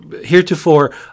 Heretofore